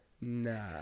Nah